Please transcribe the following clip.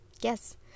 Yes